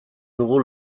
dugu